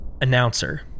announcer